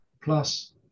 plus